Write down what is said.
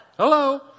Hello